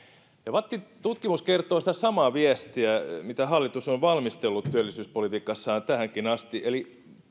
vattin tutkimus kertoo sitä samaa viestiä mitä hallitus on valmistellut työllisyyspolitiikassaan tähänkin asti eli